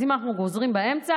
אז אם אנחנו גוזרים באמצע,